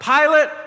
Pilate